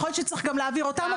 יכול שצריך להעביר גם אותם.